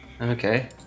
Okay